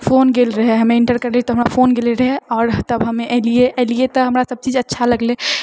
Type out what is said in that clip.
phone गेल रहै हम इन्टर करलिऐ तऽ हमरा फोन गेल रहै आओर तब हम एलिऐ एलिऐ तऽ हमरा सभ चीज अच्छा लगलै